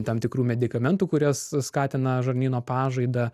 tam tikrų medikamentų kurias skatina žarnyno pažaidą